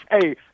hey